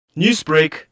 Newsbreak